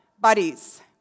buddies